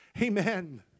Amen